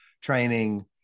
training